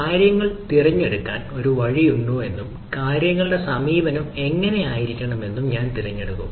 കാര്യങ്ങൾ തിരഞ്ഞെടുക്കാൻ ഒരു വഴിയുണ്ടോയെന്നും കാര്യങ്ങളുടെ സമീപനം എങ്ങനെയായിരിക്കണമെന്നും ഞാൻ തിരഞ്ഞെടുക്കും